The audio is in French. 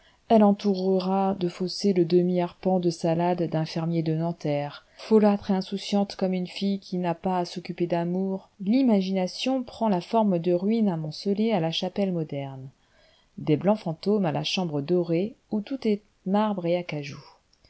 elle entourera de fossés le demi-arpent de salade d'un fermier de nanterre folâtre et insouciante comme une fille qui n'a pas à s'occuper d'amour l'imagination prend la forme de ruines amoncelées à la chapelle moderne les blancs fantômes à la chambre dorée où tout est marbre et acajou